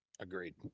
Agreed